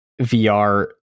VR